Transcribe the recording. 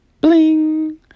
Bling